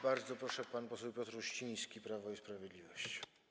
Bardzo proszę, pan poseł Piotr Uściński, Prawo i Sprawiedliwość.